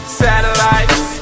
satellites